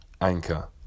Anchor